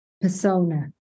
persona